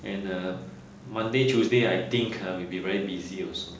and uh monday tuesday I think !huh! will be very busy also